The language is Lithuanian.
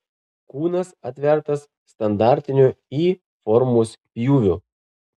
kūnas atvertas standartiniu y formos pjūviu